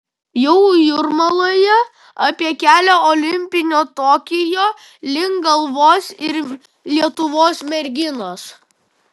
jau jūrmaloje apie kelią olimpinio tokijo link galvos ir lietuvos merginos